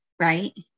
right